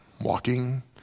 walking